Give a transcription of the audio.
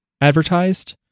advertised